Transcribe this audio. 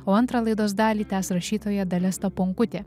o antrą laidos dalį tęs rašytoja dalia staponkutė